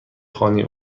خانه